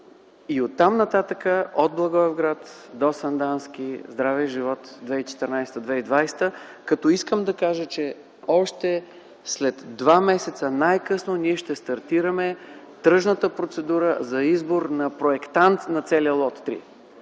и оттам нататък от Благоевград до Сандански, здраве и живот 2014-2020 г. Като искам да кажа, че уж най-късно след два месеца ние ще стартираме тръжната процедура за избор на проектант на целия лот 3